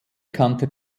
kannte